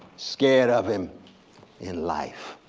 scared of him in life